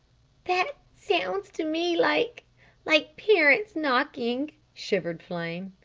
that sounds to me like like parents' knocking, shivered flame.